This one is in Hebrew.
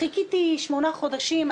חיכיתי שמונה חודשים,